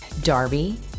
Darby